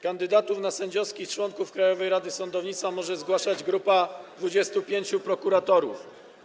Kandydatów na sędziowskich członków Krajowej Rady Sądownictwa może zgłaszać grupa 25 prokuratorów.